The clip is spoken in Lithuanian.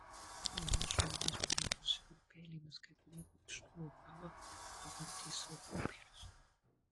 fojė žmonės būriavosi grupelėmis kai kurie gurkšnojo kavą ir vartė savo popierius